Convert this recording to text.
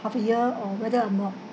half a year or whether or not